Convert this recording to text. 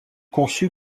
conçue